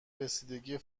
رسیدگی